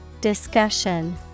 Discussion